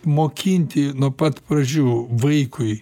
mokinti nuo pat pradžių vaikui